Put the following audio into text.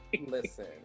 Listen